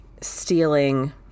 Stealing